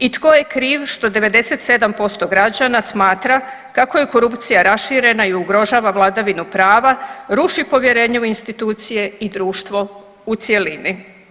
I tko je kriv što 97% građana smatra kako je korupcija raširena i ugrožava vladavinu prava, ruši povjerenje u institucije i društvo u cjelini.